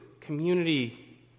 community